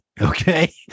Okay